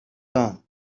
done